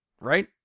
right